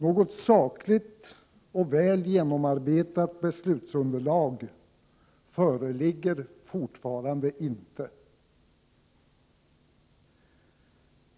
Något sakligt och väl genomarbetat beslutsunderlag föreligger fortfarande inte.